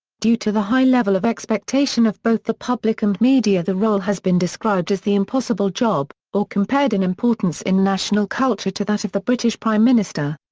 due to the high level of expectation of both the public and media the role has been described as the impossible job or compared in importance in national culture to that of the british prime minister.